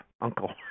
Uncle